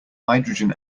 hydrogen